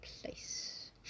place